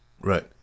Right